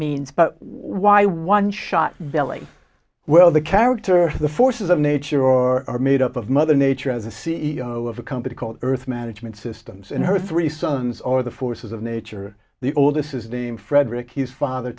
means but why one shot belly well the character the forces of nature are made up of mother nature as a c e o of a company called earth management systems and her three sons are the forces of nature the oldest his name frederick his father